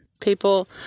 people